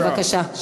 בבקשה.